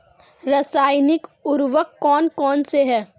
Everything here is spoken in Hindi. रासायनिक उर्वरक कौन कौनसे हैं?